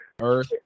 earth